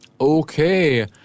Okay